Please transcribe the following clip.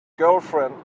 girlfriend